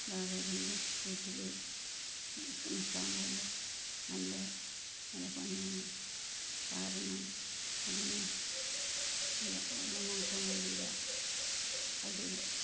വേറെ ഏതെങ്കിലും വീട്ടിൽ നിൽക്കാൻ പോവുമ്പോൾ നല്ല നല്ല പണിയാണ് കാരണം അതിന് നനക്കാൻ കഴിയില്ല അത്